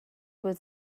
was